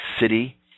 city